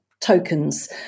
tokens